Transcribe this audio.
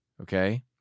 okay